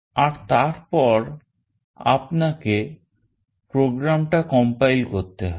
আর তারপর আপনাকে program টা compile করতে হবে